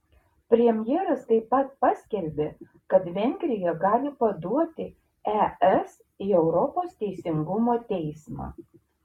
premjeras taip pat paskelbė kad vengrija gali paduoti es į europos teisingumo teismą